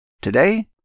Today